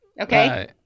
Okay